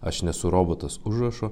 aš nesu robotas užrašu